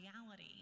reality